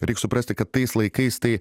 reik suprasti kad tais laikais tai